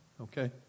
okay